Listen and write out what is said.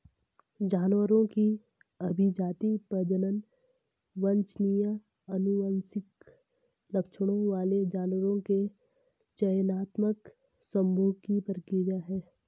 जानवरों की अभिजाती, प्रजनन वांछनीय आनुवंशिक लक्षणों वाले जानवरों के चयनात्मक संभोग की प्रक्रिया है